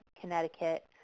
Connecticut